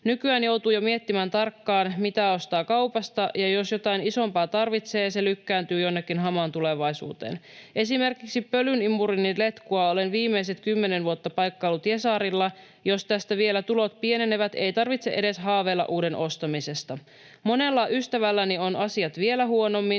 Nykyään joutuu jo miettimään tarkkaan, mitä ostaa kaupasta, ja jos jotain isompaa tarvitsee, se lykkääntyy jonnekin hamaan tulevaisuuteen. Esimerkiksi pölynimurini letkua olen viimeiset kymmenen vuotta paikkaillut jesarilla. Jos tästä vielä tulot pienenevät, ei tarvitse edes haaveilla uuden ostamisesta. Monella ystävälläni on asiat vielä huonommin.